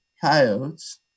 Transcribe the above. coyotes